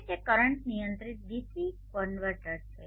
હવે તે કરંટ નિયંત્રિત ડીસી ડીસી કન્વર્ટર છે